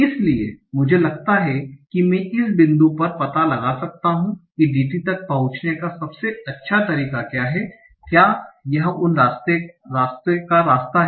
इसलिए मुझे लगता है कि मैं इस बिंदु पर पता लगा सकता हूं कि DT तक पहुंचने का सबसे अच्छा तरीका क्या है क्या यह उस रास्ते का रास्ता है